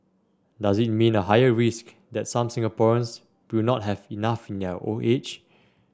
does it mean a higher risk that some Singaporeans will not have enough in their old age